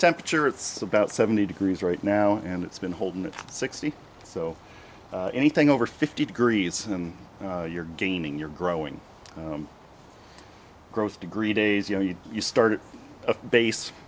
temperature it's about seventy degrees right now and it's been holding at sixty so anything over fifty degrees and you're gaining you're growing gross degree days you know you you started a base